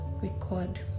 record